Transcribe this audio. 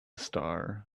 star